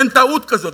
אין טעות כזאת.